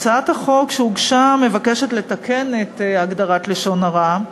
הצעת החוק שהוגשה מבקשת לתקן את הגדרת "לשון הרע"